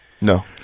No